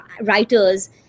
writers